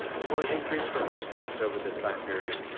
scores increased for most students over this time period,